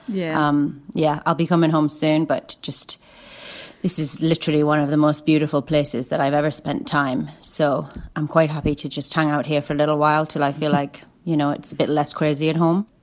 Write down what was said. yeah. um yeah, i'll be coming home soon. but just this is literally one of the most beautiful places that i've ever spent time. so i'm quite happy to just hang out here for a little while till i feel like, you know, it's a bit less crazy at home